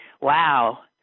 Wow